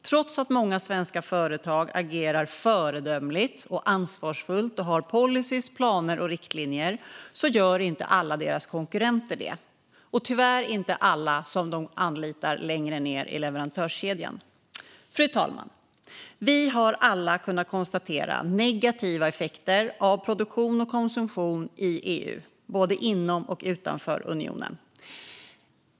Trots att många svenska företag agerar föredömligt och ansvarsfullt och har policyer, planer och riktlinjer gör inte alla deras konkurrenter det och tyvärr inte alla som de anlitar längre ned i leverantörskedjan. Fru talman! Vi har alla kunnat konstatera negativa effekter av produktion och konsumtion i EU, både inom och utanför unionen.